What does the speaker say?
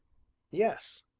yes.